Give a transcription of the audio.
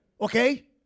Okay